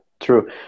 true